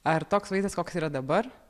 ar toks vaizdas koks yra dabar